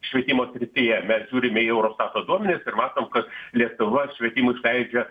švietimo srityje mes žiūrime į euro sato duomenis ir matom kad lietuva švietimui išleidžia